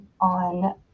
on